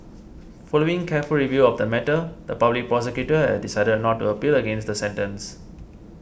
following careful review of the matter the Public Prosecutor has decided not to appeal against the sentence